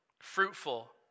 Fruitful